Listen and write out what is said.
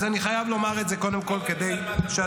אני לא מבין על מה אתה מדבר.